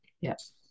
Yes